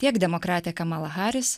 tiek demokratė kamala harris